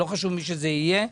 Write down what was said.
ולא חשוב מי זה יהיה,